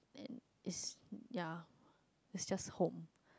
and it's yeah it's just home